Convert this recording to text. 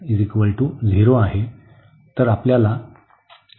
तर x 0 आहे